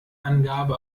angabe